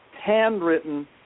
handwritten